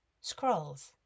scrolls